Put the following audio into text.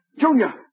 Junior